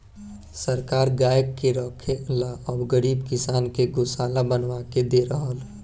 सरकार गाय के रखे ला अब गरीब किसान के गोशाला बनवा के दे रहल